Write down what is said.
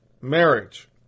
marriage